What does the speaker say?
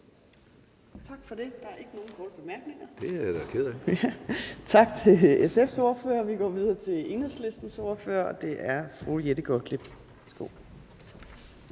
Tak for det. Der er ikke nogen korte bemærkninger. Tak til SF's ordfører. Vi går videre til Enhedslistens ordfører, og det er fru Jette Gottlieb.